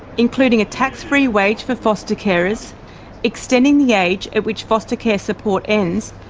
including a tax-free wage for foster carers, extending the age at which foster care support ends,